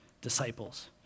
disciples